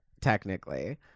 Technically